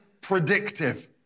predictive